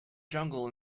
jungle